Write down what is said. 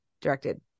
directed